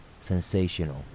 sensational